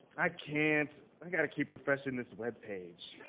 i can't. i gotta keep refreshing this webpage.